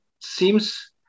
seems